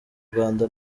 rwanda